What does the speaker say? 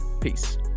Peace